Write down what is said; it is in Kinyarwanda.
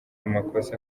amakosa